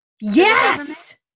Yes